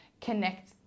connect